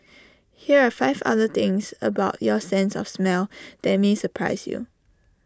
here are five other things about your sense of smell that may surprise you